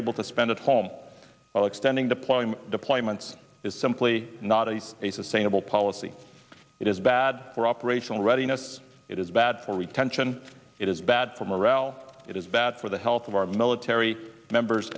able to spend at home while extending deployment deployments is simply not it's a sustainable policy it is bad for operational readiness it is bad for retention it is bad for morale it is bad for the health of our military members